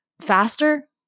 faster